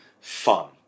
fun